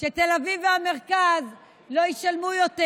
שתל אביב והמרכז לא ישלמו יותר.